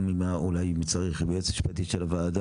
וגם אולי אם צריך עם היועצת המשפטית של הוועדה,